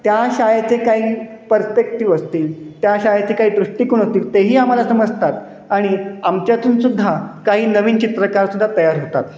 त्या शाळेचे काही परस्पेक्टिव्ह असतील त्या शाळेचे काही दृष्टिकोन असतील तेही आम्हाला समजतात आणि आमच्यातून सुद्धा काही नवीन चित्रकार सुद्धा तयार होतात